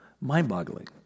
Mind-boggling